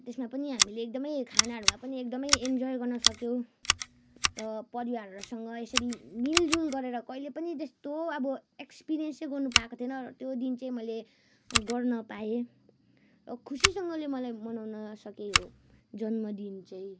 त्यसमा पनि हामीले एकदमै खानाहरूमा पनि एकदमै इन्जोय गर्न सक्यौँ र परिवारहरूसँग यसरी मिलजुल गरेर कहिले पनि त्यस्तो अब एक्सपिरियन्स चाहिँ गर्नु पाएको थिएन र त्यो दिन चाहिँ मैले गर्न पाएँ खुसीसँगले मलाई मनाउन सकेँ हो जन्मदिन चाहिँ